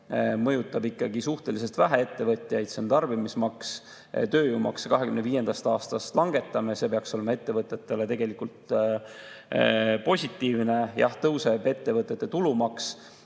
ikkagi suhteliselt vähe, see on tarbimismaks. Tööjõumakse me 2025. aastast langetame, see peaks olema ettevõtetele tegelikult positiivne. Jah, tõuseb ettevõtete tulumaks,